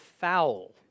foul